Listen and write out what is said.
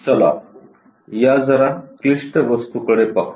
चला या जरा क्लिष्ट वस्तूकडे पाहू